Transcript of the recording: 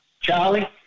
Charlie